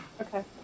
okay